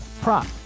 prop